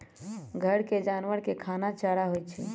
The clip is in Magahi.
घर के जानवर के खाना चारा होई छई